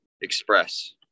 express